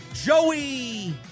Joey